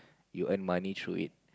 you earn money through it